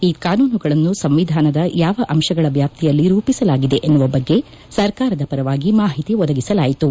ಈ ಕಾನೂನುಗಳನ್ನು ಸಂವಿಧಾನದ ಯಾವ ಅಂಶಗಳ ವ್ವಾಪ್ತಿಯಲ್ಲಿ ರೂಪಿಸಲಾಗಿದೆ ಎನ್ನುವ ಬಗ್ಗೆ ಸರ್ಕಾರದ ಪರವಾಗಿ ಮಾಹಿತಿ ಒದಗಿಸಲಾಯಿತು